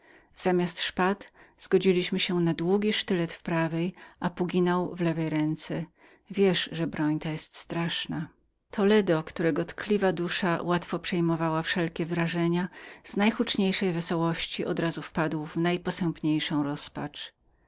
zamiast szpad zgodziliśmy się na krótkie miecze i puginały w lewem ręku wiesz że broń ta jest straszną toledo którego tkliwa dusza łatwo przejmowała wszelkie wrażenia z najhuczniejszej wesołości odrazu wpadł w najposępniejszą rozpacz